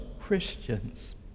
Christians